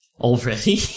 Already